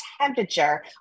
temperature